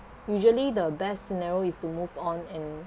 usually the best scenario is to move on and